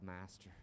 master